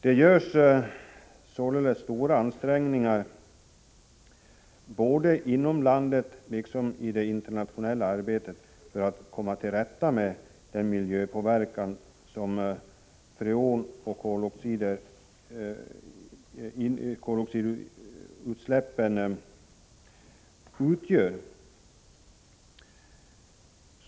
Det görs stora ansträngningar både inom landet och i det internationella arbetet för att komma till rätta med den miljöpåverkan som freonoch koloxidutsläppen utgör.